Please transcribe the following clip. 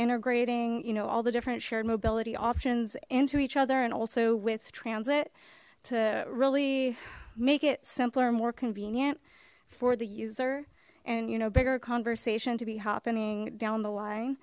integrating you know all the different shared mobility options into each other and also with transit to really make it simpler and more convenient for the user and you know bigger conversation to be happening down the line